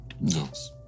Yes